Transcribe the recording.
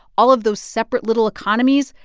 all of those separate little economies,